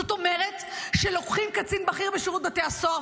זאת אומרת שלוקחים קצין בכיר בשירות בתי הסוהר,